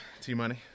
T-Money